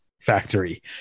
factory